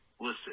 Listen